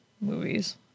movies